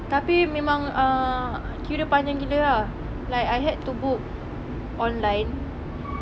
tapi memang ah queue dia panjang gila ah like I had to book online